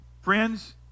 Friends